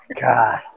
god